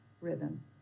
rhythm